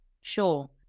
Sure